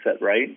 right